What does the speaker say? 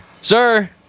sir